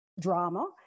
drama